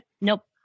nope